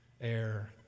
air